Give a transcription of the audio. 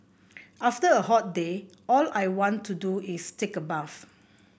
after a hot day all I want to do is take a bath